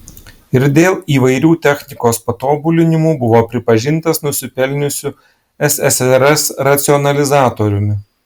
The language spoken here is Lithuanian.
ir dėl įvairių technikos patobulinimų buvo pripažintas nusipelniusiu ssrs racionalizatoriumi